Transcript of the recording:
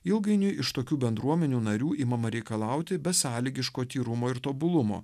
ilgainiui iš tokių bendruomenių narių imama reikalauti besąlygiško tyrumo ir tobulumo